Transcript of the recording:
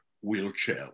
wheelchair